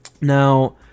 Now